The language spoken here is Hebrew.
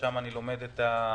שם אני לומד את המצוקות,